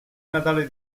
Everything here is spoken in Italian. natale